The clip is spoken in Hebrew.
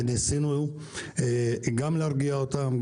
וניסינו גם להרגיע אותם,